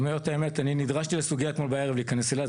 לומר את האמת אני נדרשתי לסוגייה אתמול בערב להיכנס אליה,